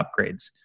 upgrades